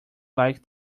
like